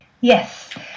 Yes